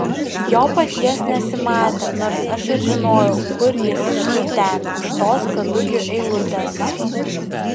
jo paties nesimatė nors aš ir žinojau kur jis štai ten už tos kadugių eilutės